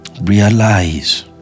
realize